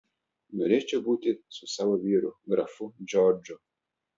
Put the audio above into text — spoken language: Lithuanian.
norėčiau būti su savo vyru grafu džordžu